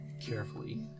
carefully